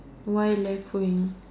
why left wing